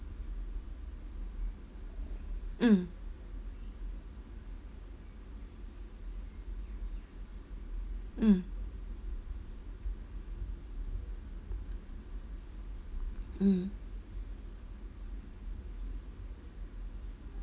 mm mm mm